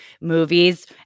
movies